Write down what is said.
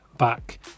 back